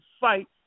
fight